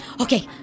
Okay